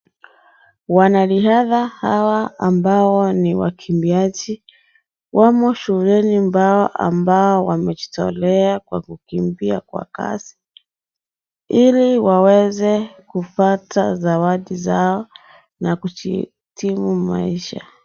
Wanariadha hawa ambao ni wakimbiaji, wamo shuleni ambao wamejitolea kukimbia kwa kasi, ili waweze kupata zawadi zao, na kujikimu kimaisha.